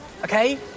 Okay